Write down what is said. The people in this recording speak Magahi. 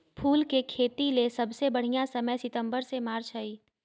फूल के खेतीले सबसे बढ़िया समय सितंबर से मार्च हई